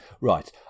Right